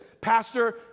pastor